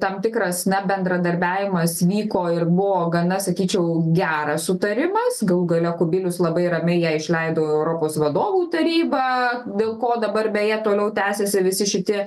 tam tikras na bendradarbiavimas vyko ir buvo gana sakyčiau geras sutarimas galų gale kubilius labai ramiai ją išleido į europos vadovų tarybą dėl ko dabar beje toliau tęsiasi visi šitie